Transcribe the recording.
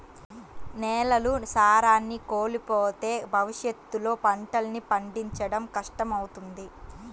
నేలలు సారాన్ని కోల్పోతే భవిష్యత్తులో పంటల్ని పండించడం కష్టమవుతుంది